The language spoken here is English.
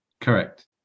Correct